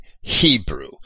Hebrew